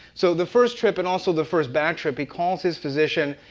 so the first trip and also the first bad trip. he calls his physician,